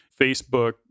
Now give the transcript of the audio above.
facebook